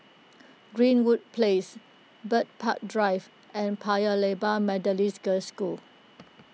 Greenwood Place Bird Park Drive and Paya Lebar Methodist Girls' School